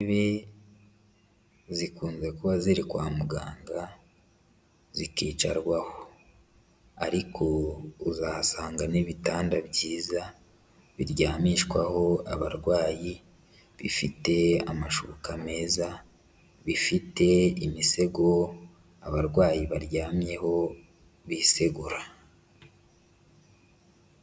Intebe zikunze kuba ziri kwa muganga zikicarwaho. Ariko uzahasanga n'ibitanda byiza biryamishwaho abarwayi, bifite amashuka meza, bifite imisego abarwayi baryamyeho bisegura.